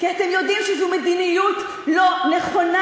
כי אתם יודעים שזו מדיניות לא נכונה,